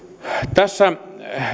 tässä